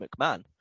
McMahon